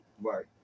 Right